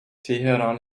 teheran